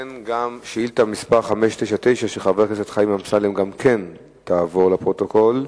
חבר הכנסת דוד אזולאי